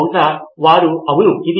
అనేది నా ప్రశ్న అవుతుంది